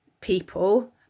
people